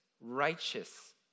righteous